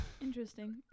interesting